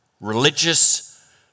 Religious